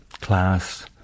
class